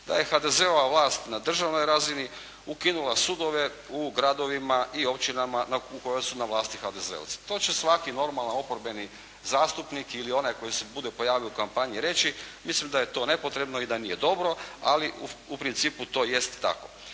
da je HDZ-ova vlast na državnoj razini ukinula sudove u gradovima i općinama u kojoj su na vlasti HDZ-ovci. To će svaki normalan oporbeni zastupnik ili onaj koji se bude pojavio u kampanji reći, mislim da je to nepotrebno i da nije dobro, ali u principu to jest tako.